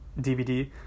DVD